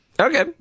Okay